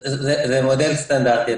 זה מודל סטנדרטי.